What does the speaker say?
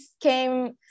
came